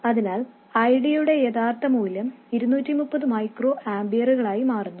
അതിനാൽ I Dയുടെ യഥാർത്ഥ മൂല്യം 230 മൈക്രോ ആമ്പിയറുകളായി മാറുന്നു